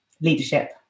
leadership